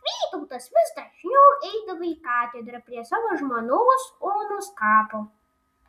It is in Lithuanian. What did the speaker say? vytautas vis dažniau eidavo į katedrą prie savo žmonos onos kapo